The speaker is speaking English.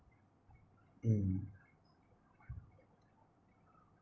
mm